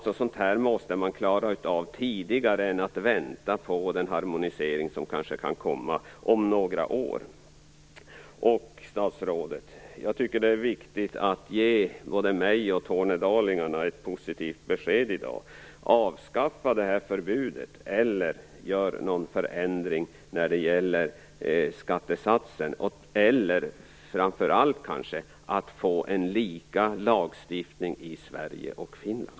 Sådant måste man klara av tidigare, det går inte att vänta på den harmonisering som kanske kan komma om några år. Jag tycker att det är viktigt, statsrådet, att ge både mig och tornedalingarna ett positivt besked i dag. Avskaffa det här förbudet eller gör någon förändring när det gäller skattesatsen eller, och kanske framför allt, se till att vi får lika lagstiftning i Sverige och i Finland!